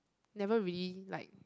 never really like